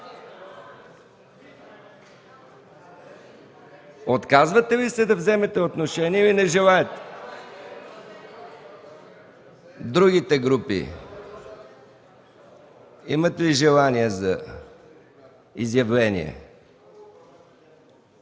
Отказвате ли се да вземете отношение или не желаете? Другите групи имат ли желание за изявление?